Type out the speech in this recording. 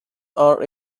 are